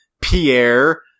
Pierre